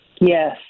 Yes